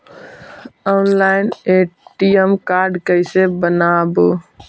Online ATM card कैसे बनाबौ?